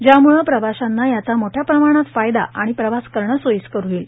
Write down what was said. ज्याम्ळे प्रवाश्याना याचा मोठ्या प्रमाणात फायदा व प्रवास करणे सोईस्कर होईल